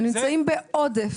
הם נמצאים בעודף.